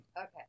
Okay